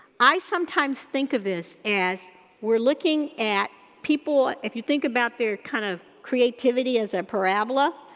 i sometimes think of this as we're looking at people, if you think about their kind of creativity as a parabola,